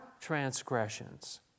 transgressions